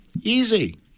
Easy